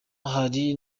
hari